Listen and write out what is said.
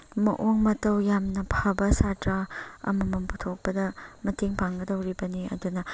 ꯃꯑꯣꯡ ꯃꯇꯧ ꯌꯥꯝꯅ ꯐꯕ ꯁꯥꯇ꯭ꯔꯥ ꯑꯃꯃꯝ ꯄꯨꯊꯣꯛꯄꯗ ꯃꯇꯦꯡ ꯄꯥꯡꯒꯗꯧꯔꯤꯕꯅꯤ ꯑꯗꯨꯅ